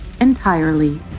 entirely